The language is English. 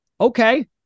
okay